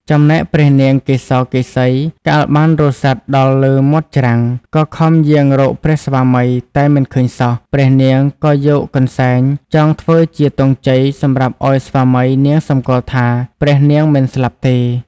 ចំណែកព្រះនាងកេសកេសី កាលបានរសាត់ដល់លើមាត់ច្រាំង ក៏ខំយាងរកព្រះស្វាមីតែមិនឃើញសោះ ព្រះនាងក៏យកកន្សែងចងធ្វើជាទង់ជ័យសម្រាប់ឲ្យស្វាមីនាងស្គាល់ថា ព្រះនាងមិនស្លាប់ទេ។